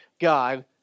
God